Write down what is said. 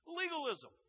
legalism